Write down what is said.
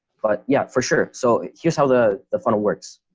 but yeah, for sure so here's how the the funnel works.